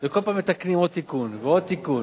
וכל פעם מתקנים עוד תיקון ועוד תיקון.